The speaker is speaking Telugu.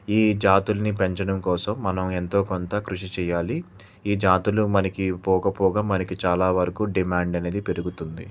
ఈ జాతుల్ని పెంచడం కోసం మనం ఎంతో కొంత కృషి చెయ్యాలి ఈ జాతులు మనకి పోకపోగా మనకి చాలా వరకు డిమాండ్ అనేది పెరుగుతుంది